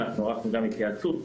ערכנו התייעצות,